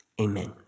Amen